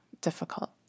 difficult